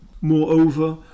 moreover